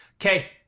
Okay